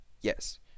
Yes